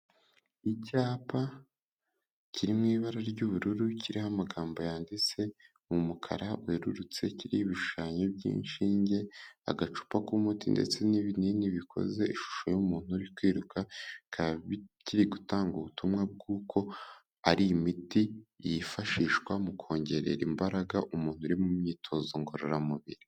Icyapa kiri mu ibara ry'ubururu, kiriho amagambo yanditse mu mukara werurutse, kiri ibishushanyo by'inshinge, agacupa k'umuti ndetse n'ibinini bikoze ishusho y'umuntu uri kwirukaba, bikaba kirigutanga ubutumwa bw'uko ari imiti yifashishwa mu kongerera imbaraga umuntu uri mu myitozo ngororamubiri.